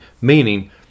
Meaning